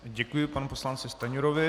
Děkuji panu poslanci Stanjurovi.